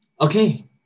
Okay